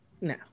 No